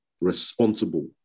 responsible